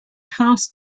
passed